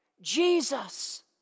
Jesus